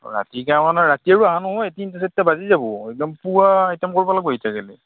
ৰাতিকৈ মানে ৰাতি তিনিটা চাৰিটা বাজি যাব একদম পুৱা ৰিটাৰ্ন কৰিব লাগিব এতিয়া গ'লে